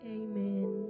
amen